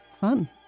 fun